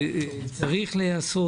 את זה כפי שצריך לעשות.